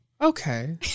okay